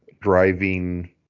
driving